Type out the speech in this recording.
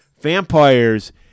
vampires